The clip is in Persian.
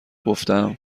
گفتم